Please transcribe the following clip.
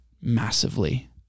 massively